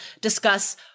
discuss